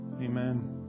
Amen